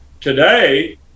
today